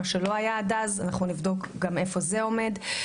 מה שלא היה עד אז נבדוק גם איפה זה עומד,